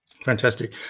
Fantastic